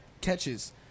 catches